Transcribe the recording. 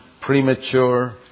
premature